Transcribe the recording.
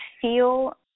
feel